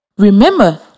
Remember